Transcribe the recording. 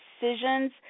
decisions